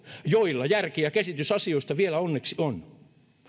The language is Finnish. joilla järki ja käsitys asioista vielä onneksi on